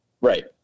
Right